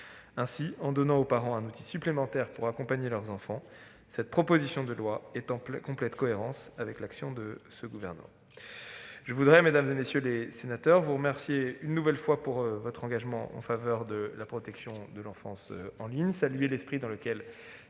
Ainsi, en donnant aux parents un outil supplémentaire pour accompagner leurs enfants, cette proposition de loi s'inscrit en complète cohérence avec l'action de ce gouvernement.